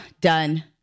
done